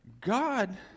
God